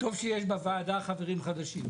טוב שיש בוועדה חברים חדשים.